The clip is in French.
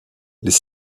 les